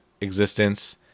existence